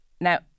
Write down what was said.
Now